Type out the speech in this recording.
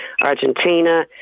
Argentina